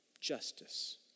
justice